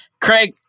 Craig